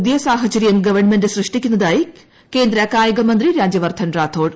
പുതിയ സാഹചര്യങ്ങൾ ഗവൺമെന്റ് സൃഷ്ടിക്കുന്നതായി കേന്ദ്ര കായിക മന്ത്രി രാജ്യ വർദ്ധൻ റാത്തോഡ്